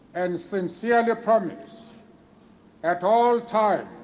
and sincerely promise at all times